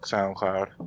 SoundCloud